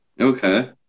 Okay